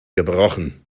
gebrochen